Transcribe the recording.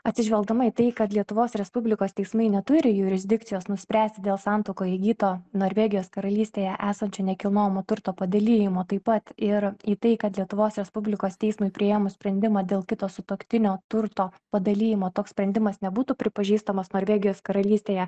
atsižvelgdama į tai kad lietuvos respublikos teismai neturi jurisdikcijos nuspręst dėl santuokoj įgyto norvegijos karalystėje esančio nekilnojamo turto padalijimo taip pat ir į tai kad lietuvos respublikos teismui priėmus sprendimą dėl kito sutuoktinio turto padalijimo toks sprendimas nebūtų pripažįstamas norvegijos karalystėje